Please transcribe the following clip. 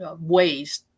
ways